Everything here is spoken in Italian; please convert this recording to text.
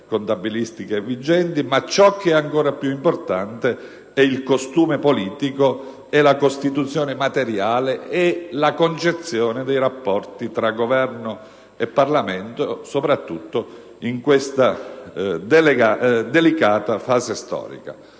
contabilistica vigente), ma ciò che è ancora più importante è il costume politico e la Costituzione materiale, nonché la concezione dei rapporti tra Governo e Parlamento, soprattutto in questa delicata fase storica,